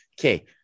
okay